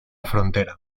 frontera